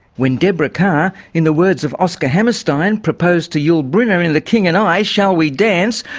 when deborah kerr, in the words of oscar hammerstein, proposed to yul brynner in the king and i shall we dance?